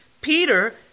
Peter